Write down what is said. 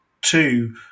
two